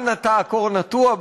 "אל נא תעקור נטוע",